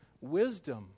wisdom